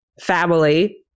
family